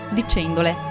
dicendole